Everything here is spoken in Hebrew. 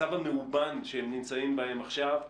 מהמצב המאובן שהם נמצאים בו עכשיו,